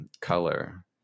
Color